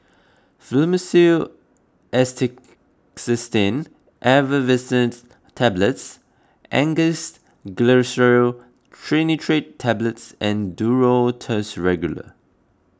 Fluimucil Acetylcysteine Effervescent Tablets Angised Glyceryl Trinitrate Tablets and Duro Tuss Regular